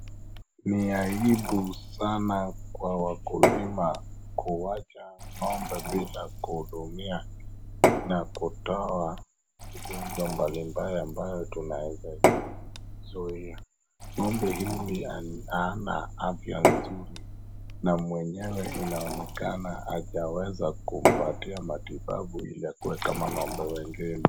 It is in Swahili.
Ni aibu sana kwa wakulima kuwacha ng'ombe bila kuhudumia na kutoa ugonjwa mbalimbali ambayo tunaweza izuia ng'ombe hili hana afya mzuri na mwenyewe inaonekana hajaweza kumpatia matibabu ili awe kama ng'ombe wengine.